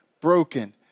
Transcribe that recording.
broken